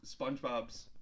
Spongebob's